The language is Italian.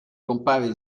compare